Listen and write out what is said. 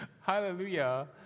hallelujah